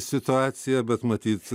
situacija bet matyt